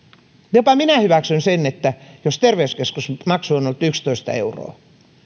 jopa minä hyväksyn sen että jos terveyskeskusmaksu on on ollut yksitoista euroa